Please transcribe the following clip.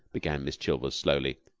began miss chilvers slowly.